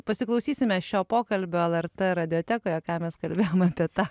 pasiklausysime šio pokalbio lrt radiotekoje ką mes kalbėjom apie tą